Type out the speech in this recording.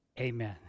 Amen